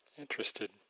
interested